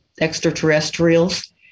extraterrestrials